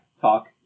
talk